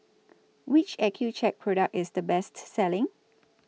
Which Accucheck Product IS The Best Selling